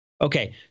Okay